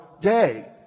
day